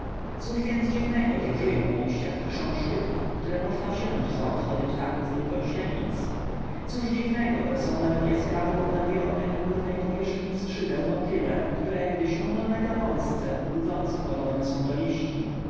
cóż więc dziwnego że żyją na liściach chrząszczyki które można wziąć za odchody ptaków lub gąsienic cóż dziwnego że są nawet jaskrawo ubarwione na górnej powierzchni skrzydeł motyle które gdy siądą na gałązce łudząco podobne są do liści